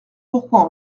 pourquoi